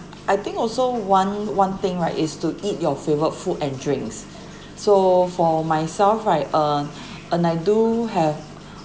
I think also one one thing right is to eat your favourite food and drinks so for myself right um and I do have